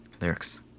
lyrics